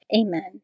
Amen